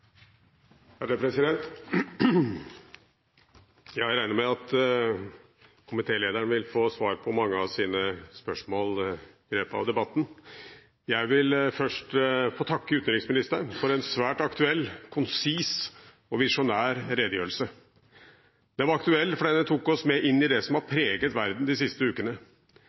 Jeg regner med at komitélederen vil få svar på mange av sine spørsmål i løpet av debatten. Jeg vil først få takke utenriksministeren for en svært aktuell, konsis og visjonær redegjørelse. Den var aktuell fordi den tok oss med inn i det som har preget verden de siste ukene.